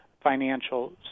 financial